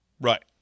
Right